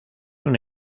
una